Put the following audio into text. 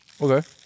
Okay